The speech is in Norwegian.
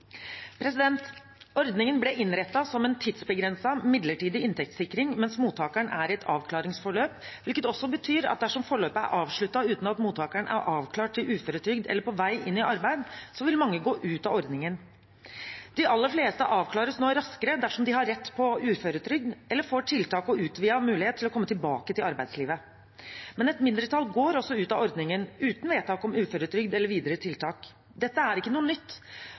Ordningen ble innrettet som en tidsbegrenset, midlertidig inntektssikring mens mottakeren er i et avklaringsforløp, hvilket også betyr at dersom forløpet er avsluttet uten at mottakeren er avklart til uføretrygd eller på vei inn i arbeid, vil mange gå ut av ordningen. De aller fleste avklares nå raskere dersom de har rett på uføretrygd eller får tiltak og utvidet mulighet til å komme tilbake til arbeidslivet. Men et mindretall går også ut av ordningen, uten vedtak om uføretrygd eller videre tiltak. Dette er ikke noe nytt,